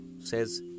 says